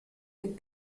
wird